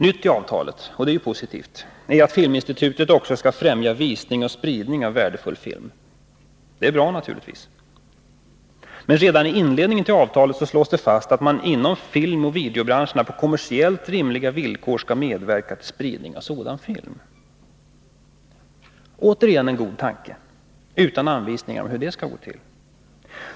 Nytt i avtalet — och det är ju positivt — är att Filminstitutet också skall främja visning och spridning av värdefull film. Men redan i inledningen till avtalet slås fast att man inom filmoch videobranscherna på kommersiellt rimliga villkor skall medverka till spridning av sådan film. Det är återigen en god tanke men utan anvisningar om hur det skall gå till.